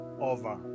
over